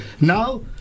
Now